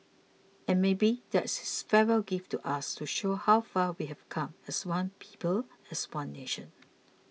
and maybe that's his farewell gift to us to show how far we've come as one people as one nation